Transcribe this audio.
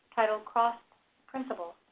titled cost principles.